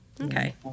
Okay